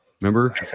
remember